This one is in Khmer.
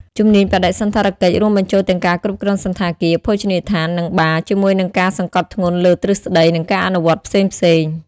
ជំនាញបដិសណ្ឋារកិច្ច រួមបញ្ចូលទាំងការគ្រប់គ្រងសណ្ឋាគារ ភោជនីយដ្ឋាន និងបារ ជាមួយនឹងការសង្កត់ធ្ងន់លើទ្រឹស្តី និងការអនុវត្តផ្សេងៗ។